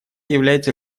является